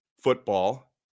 football